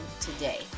today